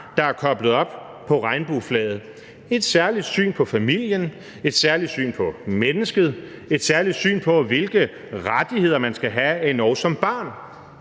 der er koblet op på regnbueflaget: Det er et særligt syn på familie, et særligt syn på mennesket, et særligt syn på, hvilke rettigheder man skal have endog som barn.